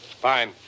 Fine